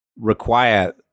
require